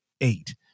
Eight